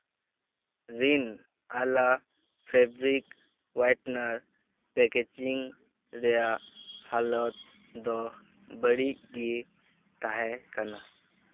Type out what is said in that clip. ᱨᱤᱱ Ala fabric whitener packaging ᱨᱮᱭᱟᱜ ᱦᱟᱞᱚᱛ ᱫᱚ ᱵᱟᱹᱲᱤᱡ ᱜᱮ ᱛᱟᱦᱮᱸ ᱠᱟᱱᱟ